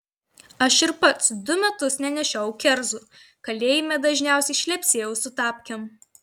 aš ir pats du metus nenešiojau kerzų kalėjime dažniausiai šlepsėjau su tapkėm